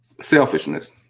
selfishness